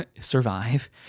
survive